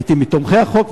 הייתי מתומכי החוק,